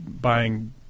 buying